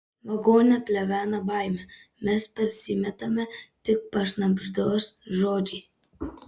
vagone plevena baimė mes persimetame tik pašnabždos žodžiais